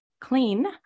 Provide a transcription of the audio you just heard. clean